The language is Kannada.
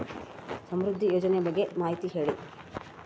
ಸಮೃದ್ಧಿ ಯೋಜನೆ ಬಗ್ಗೆ ಮಾಹಿತಿ ಹೇಳಿ?